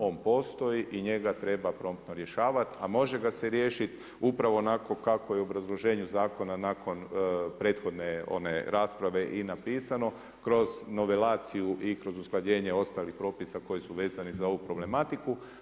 On postoji i njega treba promptno rješavati, a može ga se riješiti upravo onako kako je u obrazloženju zakona nakon prethodne one rasprave i napisano kroz novelaciju i kroz usklađenje ostalih propisa koji su vezani za ovu problematiku.